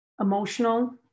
emotional